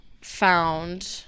found